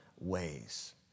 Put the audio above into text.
ways